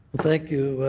thank you.